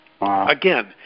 Again